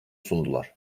sundular